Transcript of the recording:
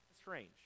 strange